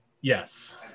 yes